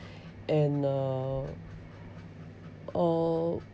and uh oh